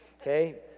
okay